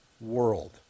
world